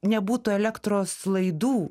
nebūtų elektros laidų